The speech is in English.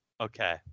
Okay